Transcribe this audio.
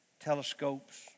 telescopes